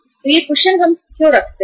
तो यह कुशन हम क्यों रखते हैं